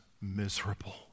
miserable